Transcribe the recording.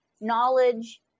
knowledge